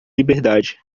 liberdade